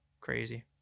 crazy